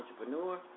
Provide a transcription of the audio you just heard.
entrepreneur